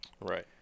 Right